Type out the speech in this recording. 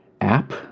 app